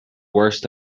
worst